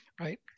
right